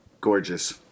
Gorgeous